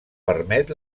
permet